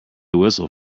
whistle